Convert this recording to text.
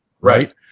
Right